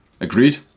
agreed